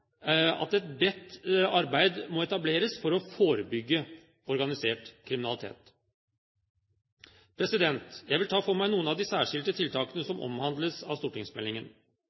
at et bredt arbeid må etableres for å forebygge organisert kriminalitet. Jeg vil ta for meg noen av de særskilte tiltakene som omhandles av stortingsmeldingen.